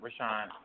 Rashawn